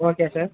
okay sir